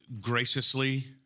graciously